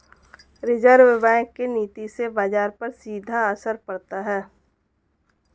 reserve bank के नीति से बाजार पर सीधा असर पड़ता है